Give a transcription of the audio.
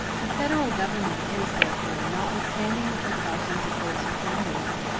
the federal government is, therefore, notwithstanding the precautions of those who founded it,